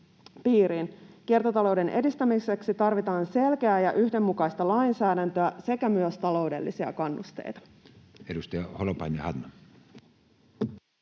Kiertotalouden edistämiseksi tarvitaan selkeää ja yhdenmukaista lainsäädäntöä sekä myös taloudellisia kannusteita.